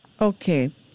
Okay